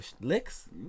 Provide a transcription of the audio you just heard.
licks